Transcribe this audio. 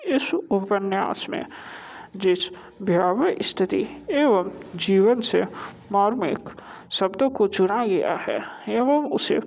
इस उपन्यास में जिस भयावह स्थिति एवं जीवन से मार्मिक शब्दों को चुरा लिया है एवं उसे